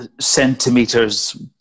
centimeters